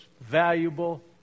valuable